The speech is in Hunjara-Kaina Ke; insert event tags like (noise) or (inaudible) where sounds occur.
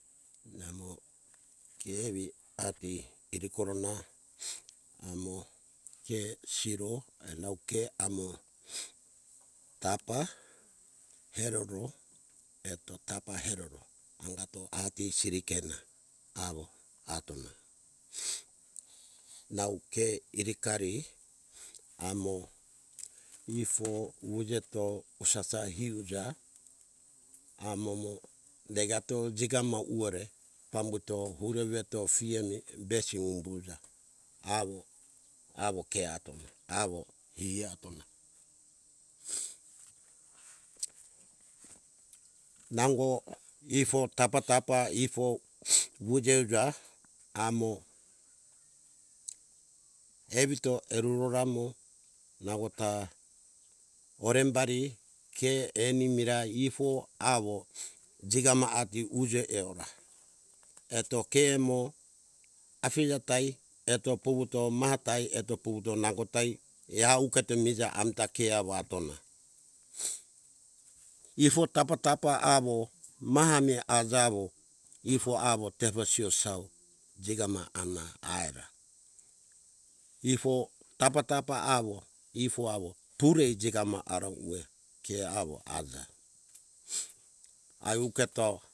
Namo ke evi ati iri korona amo ke siro ae na ke amo tapa heroro eto tapa heroro angato ati siri keona awo atona nau ke iri kari amo ifo wujeto usasa hiuja amomo degato jigamo uwore pambuto ureveto fiemi besi umbuja awo - awo ke atona awo e atona nango ifo tapa - tapa ifo (noise) wijo uja amo evito eruro ramo nawota orembari ke eni merai ifo awo jigama ati uje eora eto keremo afija tai eto puvuto or mata eto puvuto eau keto miza amita kea awatona ifo tapa - tapa awo maha mi aja wo ifo awo tepo siu sau jigama amna aera ifo tapa - tapa awo ifo awo puri jigama ara uwe ke awo aja auketo